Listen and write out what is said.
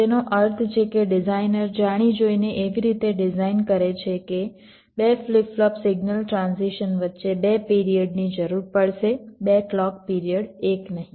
જેનો અર્થ છે કે ડિઝાઇનર જાણી જોઈને એવી રીતે ડિઝાઇન કરે છે કે 2 ફ્લિપ ફ્લોપ સિગ્નલ ટ્રાન્ઝિશન વચ્ચે 2 પિરિયડની જરૂર પડશે 2 ક્લૉક પિરિયડ એક નહીં